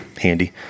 handy